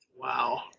Wow